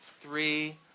three